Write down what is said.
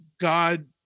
God